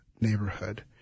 neighborhood